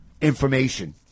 information –